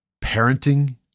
parenting